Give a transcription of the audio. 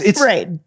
right